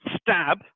stab